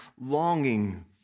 longing